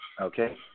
okay